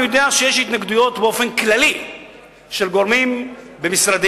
אני יודע שיש התנגדויות באופן כללי של גורמים במשרדים,